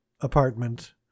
apartment